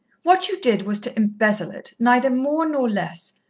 what you did was to embezzle it neither more nor less.